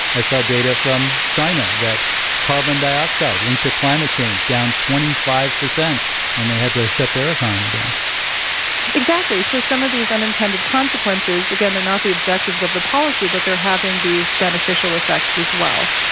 i saw data from china that carbon dioxide, linked to climate change, down twenty five percent when they had to shut their economy down exactly. so some of these unintended consequences again, they're not the objectives of the policy, but they're having these beneficial effects as well.